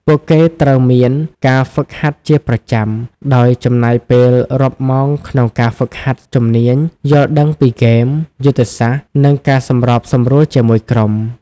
ពួកគេត្រូវមាន ការហ្វឹកហាត់ជាប្រចាំ ដោយចំណាយពេលរាប់ម៉ោងក្នុងការហ្វឹកហាត់ជំនាញ យល់ដឹងពីហ្គេម យុទ្ធសាស្ត្រ និងការសម្របសម្រួលជាមួយក្រុម។